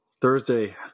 Thursday